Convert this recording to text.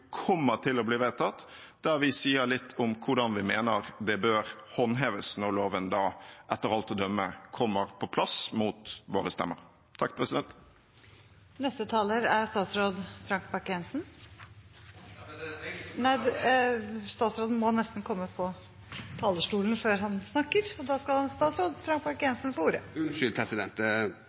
kommer til å bli vedtatt, der vi sier litt om hvordan vi mener det bør håndheves når loven, etter alt å dømme, kommer på plass – mot våre stemmer. Neste taler er statsråd Frank Bakke-Jensen. Statsråden må nesten komme opp på talerstolen før han snakker. – Da skal statsråden få ordet. Unnskyld, president.